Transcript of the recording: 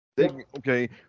Okay